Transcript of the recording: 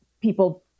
people